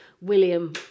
William